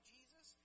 Jesus